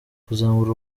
kuzamura